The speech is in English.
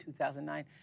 2009